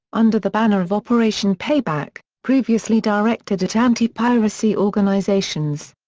under the banner of operation payback, previously directed at anti-piracy organisations.